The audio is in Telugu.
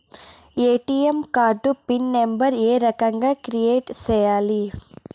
ఎ.టి.ఎం కార్డు పిన్ నెంబర్ ఏ రకంగా క్రియేట్ సేయాలి